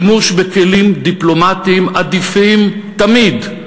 שימוש בכלים דיפלומטיים עדיפים תמיד,